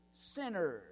sinners